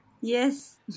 Yes